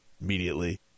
immediately